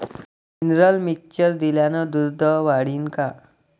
Mineral mixture दिल्यानं दूध वाढीनं का?